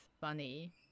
funny